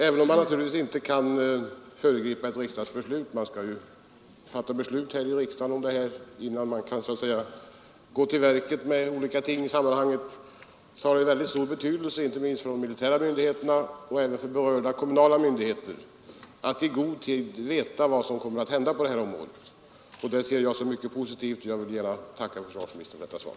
Även om det naturligtvis måste fattas beslut här i riksdagen innan man så att säga kan gå till verket med olika ting i sammanhanget, har det väldigt stor betydelse både för de militära myndigheterna och för berörda kommunala myndigheter att i god tid veta vad som kommer att hända på det här området. Därför ser jag detta besked som mycket positivt, och jag vill gärna tacka försvarsministern för det.